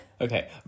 Okay